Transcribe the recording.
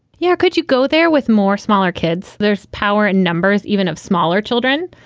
yeah could you go there with more smaller kids? there's power in numbers even of smaller children.